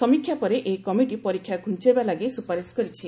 ସମୀକ୍ଷା ପରେ ଏହି କମିଟି ପରୀକ୍ଷା ଘୁଞ୍ଚାଇବା ଲାଗି ସୁପାରିସ୍ କରିଛି